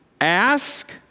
Ask